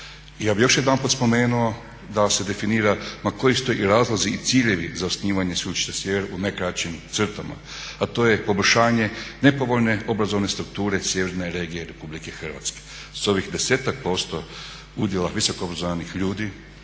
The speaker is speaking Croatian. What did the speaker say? ja bih još jedanput spomenuo da se definira koristi, i razlozi i ciljevi za osnivanje Sveučilišta Sjever u najkraćim crtama, a to je poboljšanje nepovoljne obrazovne strukture sjeverne regije RH. S ovih 10% udjela visokoobrazovanih ljudi